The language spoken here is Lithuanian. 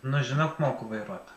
nu žinok moku vairuot